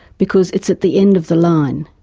because it's at the end of the line.